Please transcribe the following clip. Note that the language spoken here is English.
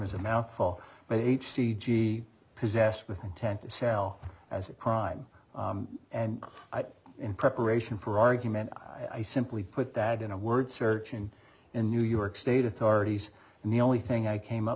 is a mouthful but h c g possessed with intent to sell as a crime and in preparation for argument i simply put that in a word search in a new york state authorities and the only thing i came up